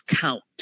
Count